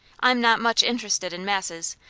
i'm not much interested in masses.